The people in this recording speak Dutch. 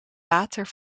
water